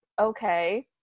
okay